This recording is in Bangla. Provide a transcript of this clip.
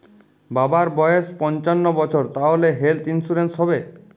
বাবার বয়স পঞ্চান্ন বছর তাহলে হেল্থ ইন্সুরেন্স হবে?